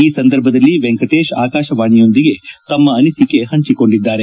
ಈ ಸಂದರ್ಭದಲ್ಲಿ ವೆಂಕಟೇಶ್ ಆಕಾಶವಾಣಿಯೊಂದಿಗೆ ತಮ್ನ ಅನಿಸಿಕೆ ಹಂಚಿಕೊಂಡಿದ್ದಾರೆ